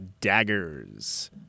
Daggers